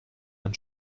ein